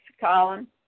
Colin